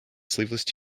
sleeveless